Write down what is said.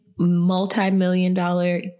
Multi-million-dollar